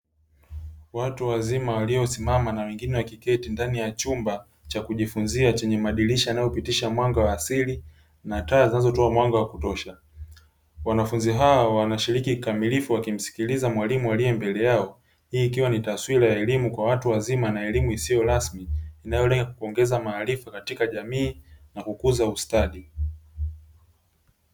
Watu wazima waliosimama na wengine wakiketi ndani ya chumba cha kujifunzia chenye madirisha yanayopitisha mwanga wa asili na taa zinazotoa mwanga wa kutosha, wanafunzi hawa wanashiriki kikamilifu wakimsikiliza mwalimu aliye mbele yao, hii ikiwa ni taswira ya elimu kwa watu wazima na elimu isiyo rasmi inayolenga kuongeza maarifa katika jamii na kukuza ustadi.